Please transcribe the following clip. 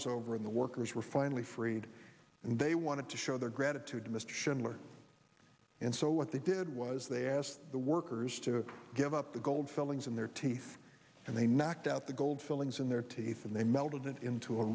was over in the workers were finally freed and they wanted to show their gratitude to mr schindler and so what they did was they asked the workers to give up the gold fillings in their teeth and they knocked out the gold fillings in their teeth and they melted it into